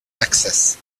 access